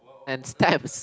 and stamps